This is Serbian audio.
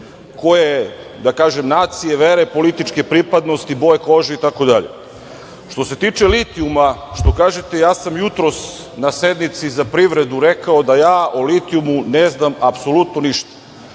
kažem, nacije, vere, političke pripadnosti, boje kože itd. Što se tiče litijuma, što kažete, ja sam jutros na sednici za privredu rekao da ja o litijumu ne znam apsolutno ništa,